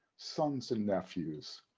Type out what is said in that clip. sons and nephews,